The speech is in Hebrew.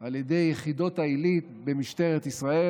על ידי יחידות העילית במשטרת ישראל,